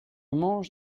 mange